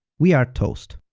we are toast.